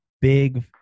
big